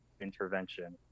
Intervention